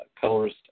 colors